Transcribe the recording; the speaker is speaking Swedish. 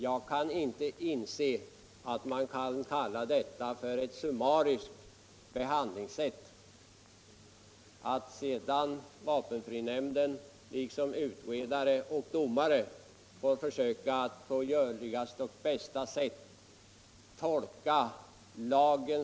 Jag kan inte inse att detta kan kallas för en summarisk behandling. Sedan är det självklart att vapenfrinämnden, liksom utredare och domare, på bästa sätt får försöka tolka lagen.